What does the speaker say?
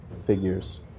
figures